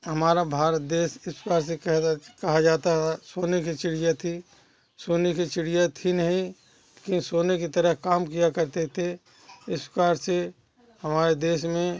हमारा भारत देश इस प्रकार से कहा जा कहा जाता है सोने कि चिड़िया थी सोने की चिड़िया थी नहीं कि सोने के तरह काम किया करते थे इस प्रकार से हमारे देश में